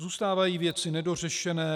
Zůstávají věci nedořešené.